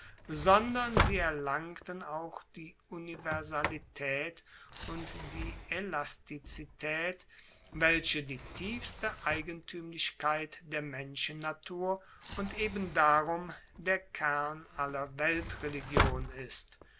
sondern sie erlangten auch die universalitaet und die elastizitaet welche die tiefste eigentuemlichkeit der menschennatur und eben darum der kern aller weltreligion ist